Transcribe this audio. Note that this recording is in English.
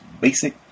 basic